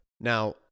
Now